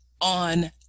on